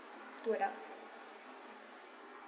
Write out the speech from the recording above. two adults